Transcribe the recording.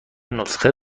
نسخه